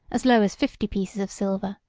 as low as fifty pieces of silver,